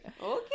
okay